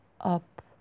up